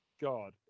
God